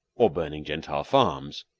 or burning gentile farms,